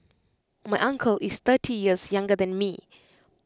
my uncle is thirty years younger than me